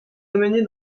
amené